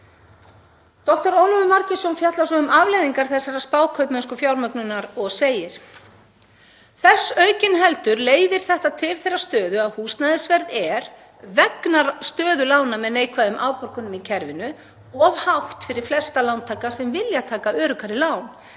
Dr. Ólafur Margeirsson fjallar svo um afleiðingar þessarar spákaupmennskufjármögnunar og segir: „Aukinheldur leiðir þetta til þeirrar stöðu að húsnæðisverð er, vegna stöðu lána með neikvæðum afborgunum í kerfinu, of hátt fyrir flesta lántaka sem vilja taka öruggari lán,